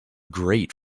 great